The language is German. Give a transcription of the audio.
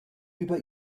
über